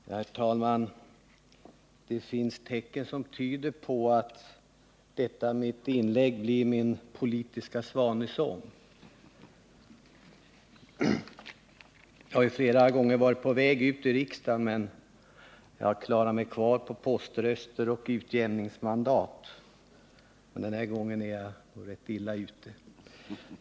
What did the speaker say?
Herr talman! Det finns tecken som tyder på att detta mitt inlägg blir min politiska svanesång. Jag har flera gånger varit på väg ut ur riksdagen — jag har klarat mig kvar på poströster och utjämningsmandat — men den här gången är jag rätt illa ute.